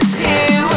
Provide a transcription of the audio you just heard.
two